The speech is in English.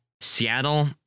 seattle